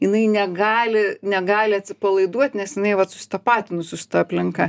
jinai negali negali atsipalaiduot nes jinai vat susitapatinusi su ta aplinka